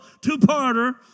two-parter